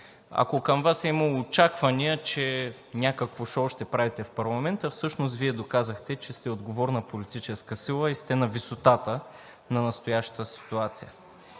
Ако към Вас е имало очаквания, че ще правите някакво шоу в парламента, всъщност Вие доказахте, че сте отговорна политическа сила и сте на висотата на настоящата ситуация.